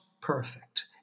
perfect